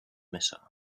missiles